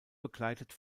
begleitet